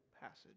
passage